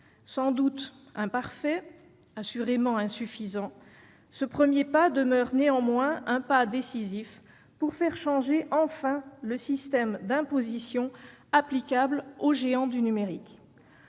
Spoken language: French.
Sans doute imparfait, assurément insuffisant, ce premier pas demeure néanmoins décisif, car il permettra enfin de faire changer le système d'imposition applicable aux géants du numérique.